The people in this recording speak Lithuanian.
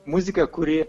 muzika kuri